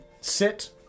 sit